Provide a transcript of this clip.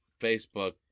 Facebook